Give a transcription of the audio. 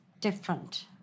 different